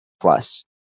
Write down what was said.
plus